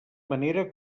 manera